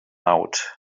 out